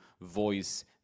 voice